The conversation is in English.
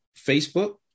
Facebook